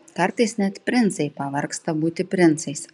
kartais net princai pavargsta būti princais